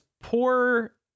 poor